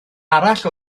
arall